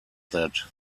that